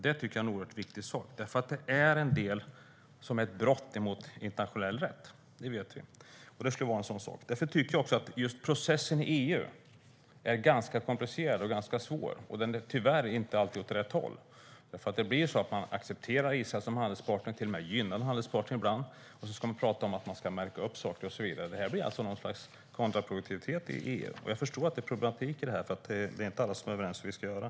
Det tycker jag är en oerhört viktig sak, för det är en del som är ett brott mot internationell rätt. Det vet vi, och det kan vara en sådan sak. Därför tycker jag att just processen i EU är ganska komplicerad och ganska svår. Den går tyvärr inte heller alltid åt rätt håll. Man accepterar Israel som handelspartner och till och med gynnar dem ibland, och så talar man om att man ska märka upp saker och så vidare. Det blir alltså något slags kontraproduktivitet i EU. Jag förstår att det finns en problematik i detta, för det är inte alla som är överens om hur vi ska göra.